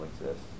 exists